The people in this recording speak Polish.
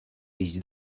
iść